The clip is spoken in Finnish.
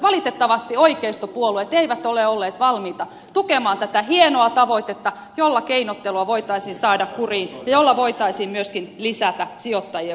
valitettavasti oikeistopuolueet eivät ole olleet valmiita tukemaan tätä hienoa tavoitetta jolla keinottelua voitaisiin saada kuriin ja jolla voitaisiin myöskin lisätä sijoittajien vastuuta